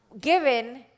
Given